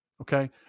Okay